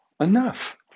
enough